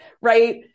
right